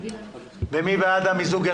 מי בעד המיזוג?